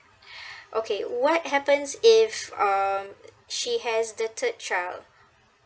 okay what happens if um she has the third child